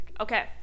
Okay